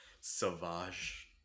Savage